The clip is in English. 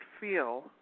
feel